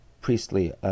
priestly